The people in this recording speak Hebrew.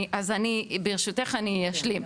אז ברשותך, אני אשלים,